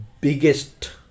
biggest